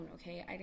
okay